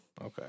okay